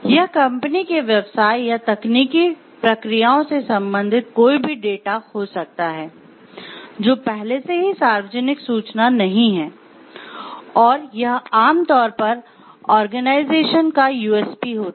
यह कंपनी के व्यवसाय या तकनीकी प्रक्रियाओं से संबंधित कोई भी डेटा हो सकता है जो पहले से ही सार्वजनिक सूचना नहीं है और यह आम तौर पर आर्गेनाइजेशन का यूएसपी होता है